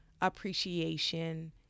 appreciation